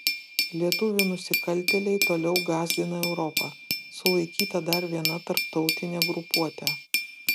lietuvių nusikaltėliai toliau gąsdina europą sulaikyta dar viena tarptautinė grupuotė